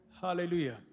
Hallelujah